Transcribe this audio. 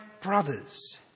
brothers